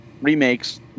remakes